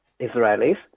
Israelis